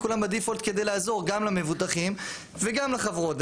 כולם ב-default כדי לעזור גם למבוטחים וגם לחברות,